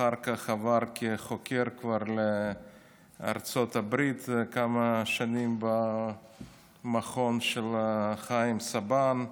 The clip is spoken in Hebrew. אחר כך עבר כחוקר לארצות הברית לכמה שנים במכון של חיים סבן,